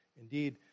Indeed